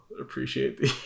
appreciate